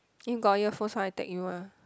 if got earphones one I tag you ah